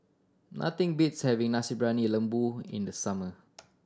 nothing beats having Nasi Briyani Lembu in the summer